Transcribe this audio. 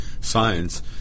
science